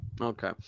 Okay